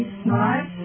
smart